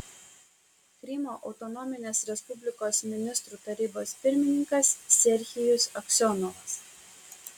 krymo autonominės respublikos ministrų tarybos pirmininkas serhijus aksionovas